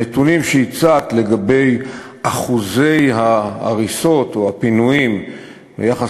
לנתונים שהצגת לגבי אחוזי ההריסות או הפינויים ביחס